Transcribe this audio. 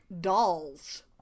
Dolls